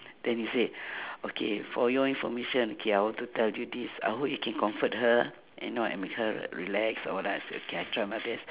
then he said okay for your information k I want to tell you this I hope you can comfort her and know and make her relax or what then I say okay I try my best